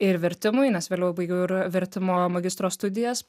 ir vertimui nes vėliau baigiau ir vertimo magistro studijas